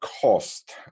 cost